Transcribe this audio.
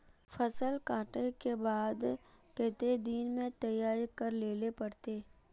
फसल कांटे के बाद कते दिन में तैयारी कर लेले पड़ते?